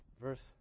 Verse